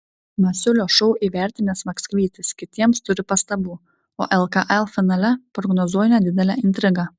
masiulio šou įvertinęs maksvytis kitiems turi pastabų o lkl finale prognozuoja nedidelę intrigą